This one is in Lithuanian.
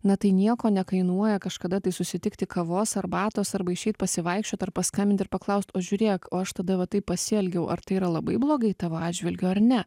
na tai nieko nekainuoja kažkada tai susitikti kavos arbatos arba išeit pasivaikščiot ar paskambint ir paklaust o žiūrėk o aš tada va taip pasielgiau ar tai yra labai blogai tavo atžvilgiu ar ne